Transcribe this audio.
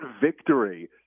victory